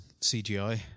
CGI